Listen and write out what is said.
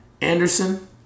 Anderson